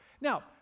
Now